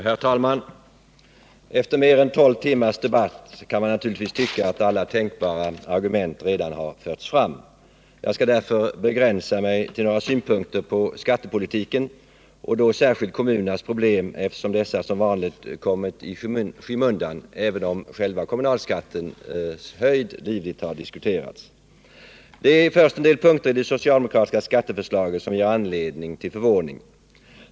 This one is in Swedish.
Herr talman! Efter mer än 12 timmars debatt kan man naturligtvis tycka att alla tänkbara argument redan förts fram. Jag skall därför begränsa mig till några synpunkter på skattepolitiken och då särskilt kommunernas problem, eftersom dessa som vanligt kommit i skymundan, även om själva kommunalskattens höjd livligt har diskuterats. Det är en del punkter i det socialdemokratiska skatteförslaget som ger anledning till förvåning.